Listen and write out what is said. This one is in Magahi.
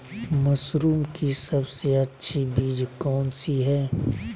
मशरूम की सबसे अच्छी बीज कौन सी है?